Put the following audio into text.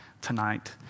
tonight